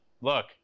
Look